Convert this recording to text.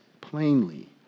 plainly